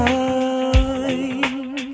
time